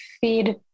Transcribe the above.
feed